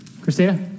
Christina